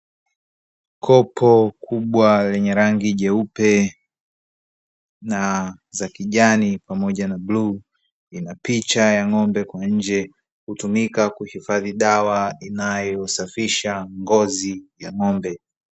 Kopo kubwa lenye rangi nyeupe na za kijani pamoja na bluu ina picha ya ng’ombe kwa nje, hutumika kuhifadhi dawa inayotumika kusafisha ngozi ya ng’ombe